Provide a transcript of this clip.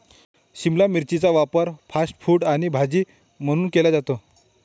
शिमला मिरचीचा वापर fast food आणि भाजी म्हणून केला जातो